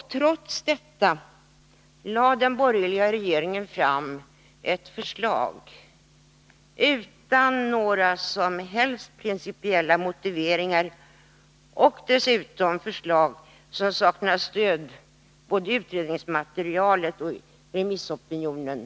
Trots detta lade den borgerliga regeringen fram ett förslag utan några som helst principella motiveringar och dessutom ett förslag som saknar stöd både i utredningsmaterialet och hos remissopinionen.